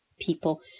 people